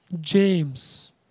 James